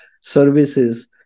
services